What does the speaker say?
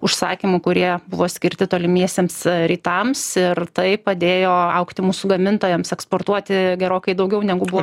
užsakymų kurie buvo skirti tolimiesiems rytams ir tai padėjo augti mūsų gamintojams eksportuoti gerokai daugiau negu buvo